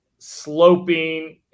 sloping